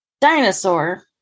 Dinosaur